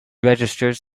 registers